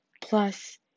plus